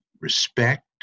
respect